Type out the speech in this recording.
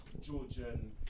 Georgian